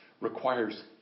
requires